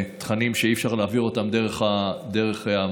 תכנים שאי-אפשר להעביר אותם דרך המחשבים,